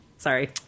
Sorry